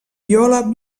viola